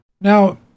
Now